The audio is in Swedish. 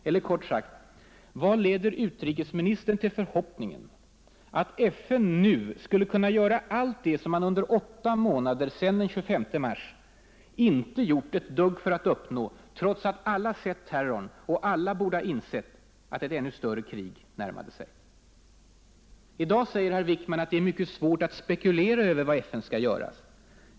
Eller kort sagt: Vad leder utrikesministern till förhoppningen att FN nu skulle kunna göra allt det som man under åtta månader — sedan den 25 mars — inte gjort ett dugg för att uppnå trots att alla sett terrorn och alla borde ha insett att ett ännu större krig närmade sig? I dag säger herr Wickman att det är ”mycket svårt att spekulera över” vad FN skall göra.